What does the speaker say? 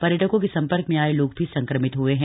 पर्यटकों के संपर्क में आए लोग भी संक्रमित हुए हैं